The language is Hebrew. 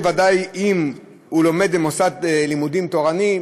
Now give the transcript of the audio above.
ודאי אם הוא לומד במוסד לימודים תורני,